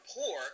poor